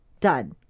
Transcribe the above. done